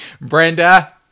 Brenda